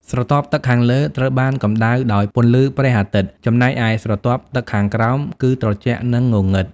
ស្រទាប់ទឹកខាងលើ ត្រូវបានកម្តៅដោយពន្លឺព្រះអាទិត្យ ចំណែកឯស្រទាប់ទឹកខាងក្រោម គឺត្រជាក់ និងងងឹត។